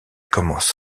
commence